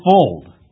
fold